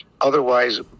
otherwise